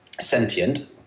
sentient